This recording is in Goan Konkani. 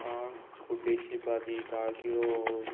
आं कुड्डेची भाजी ताळकिळो